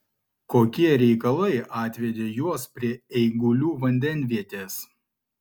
kokie reikalai atvedė juos prie eigulių vandenvietės